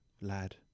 lad